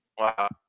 Wow